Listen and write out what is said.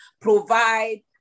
Provide